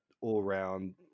all-round